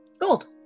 Gold